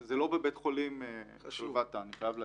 זה לא בבית חולים שלוותה, אני חייב להדגיש.